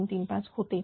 0235 होते